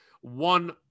one